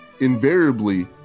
invariably